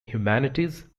humanities